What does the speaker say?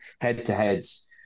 head-to-heads